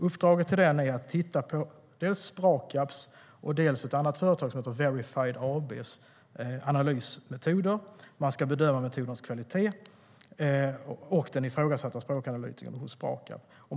Uppdraget till den är att titta på dels Sprakabs, dels Verified AB:s analysmetoder. Man ska bedöma metodernas kvalitet och den ifrågasatta språkanalytikern på Sprakab.